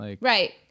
Right